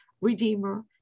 redeemer